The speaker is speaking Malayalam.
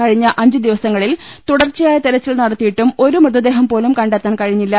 കുഴിഞ്ഞ അഞ്ചുദിവസങ്ങളിൽ തുടർച്ചയായ തെരച്ചിൽ നടത്തിയിട്ടും ഒരു മൃതദേഹം പോലും കണ്ടെത്താൻ കഴിഞ്ഞില്ല